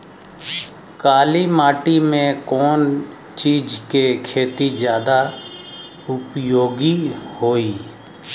काली माटी में कवन चीज़ के खेती ज्यादा उपयोगी होयी?